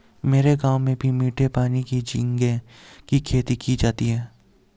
मेरे गांव में भी मीठे पानी में झींगे की खेती की जाती है